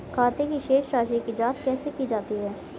खाते की शेष राशी की जांच कैसे की जाती है?